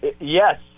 yes